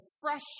fresh